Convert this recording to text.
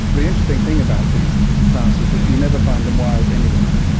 the interesting thing about these plants is that you never find them wild anywhere,